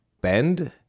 bend